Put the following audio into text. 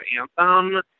anthem